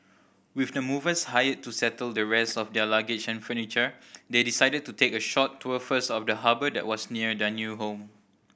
with the movers hired to settle the rest of their luggage and furniture they decided to take a short tour first of the harbour that was near their new home